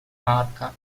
marca